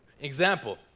Example